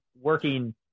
working